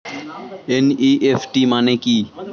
NEFT মানে কি?